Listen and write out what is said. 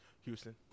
Houston